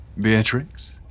Beatrix